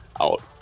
out